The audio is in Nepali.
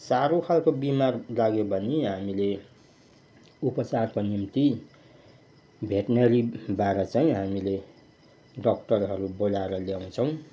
साह्रो खाल्को बिमार लाग्यो भने हामीले उपचारको निम्ति भेटनेरीबाट चाहिँ हामीले डक्टरहरू बोलाएर ल्याउँछौँ